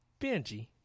Benji